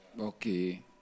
okay